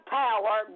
power